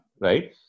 right